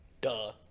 Duh